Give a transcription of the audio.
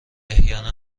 احیانا